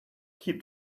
keep